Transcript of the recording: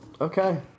Okay